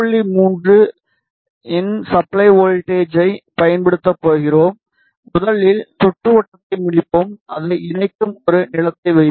3 இன் சப்ளை வோல்ட்டேஜை பயன்படுத்தப் போகிறோம் முதலில் சுற்றுவட்டத்தை முடிப்போம் அதை இணைக்கும் ஒரு நிலத்தை வைப்போம்